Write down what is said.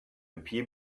appear